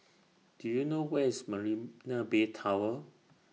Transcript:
Do YOU know Where IS Marina Bay Tower